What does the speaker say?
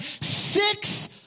six